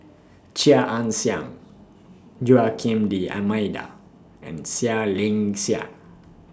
Chia Ann Siang Joaquim D'almeida and Seah Liang Seah